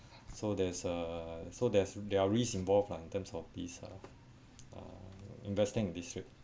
so there's uh so there's there are risks involved lah in terms of these ah uh investing in district